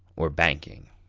or banking.